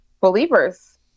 believers